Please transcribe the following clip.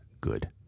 good